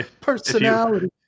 Personality